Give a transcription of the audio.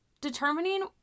determining